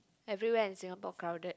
everywhere in Singapore crowded